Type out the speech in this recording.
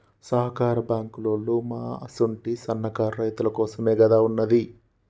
సహకార బాంకులోల్లు మా అసుంటి సన్నకారు రైతులకోసమేగదా ఉన్నది